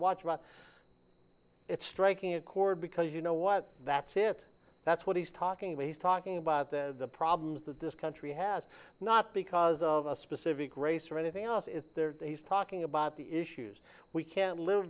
watch about it striking a chord because you know what that's it that's what he's talking about he's talking about the problems that this country has not because of a specific race or anything else if he's talking about the issues we can't live